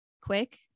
quick